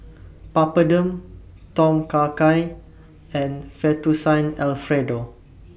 Papadum Tom Kha Gai and Fettuccine Alfredo